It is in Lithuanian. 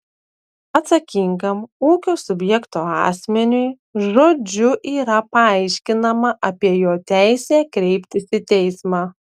atsakingam ūkio subjekto asmeniui žodžiu yra paaiškinama apie jo teisę kreiptis į teismą